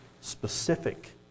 specific